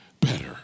better